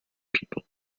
people